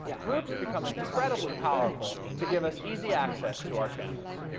groups become incredibly powerful to give us easy access to our channels.